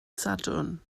sadwrn